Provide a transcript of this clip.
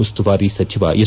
ಉಸ್ತುವಾರಿ ಸಚಿವ ಎಸ್